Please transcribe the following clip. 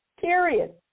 period